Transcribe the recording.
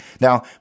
Now